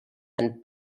and